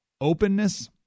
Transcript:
openness